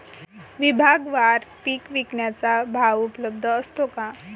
विभागवार पीक विकण्याचा भाव उपलब्ध असतो का?